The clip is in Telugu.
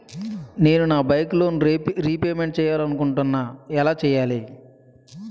నేను నా బైక్ లోన్ రేపమెంట్ చేయాలనుకుంటున్నా ఎలా చేయాలి?